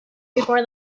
before